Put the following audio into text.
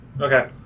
Okay